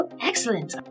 excellent